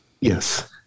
Yes